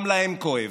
גם להם כואב.